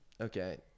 Okay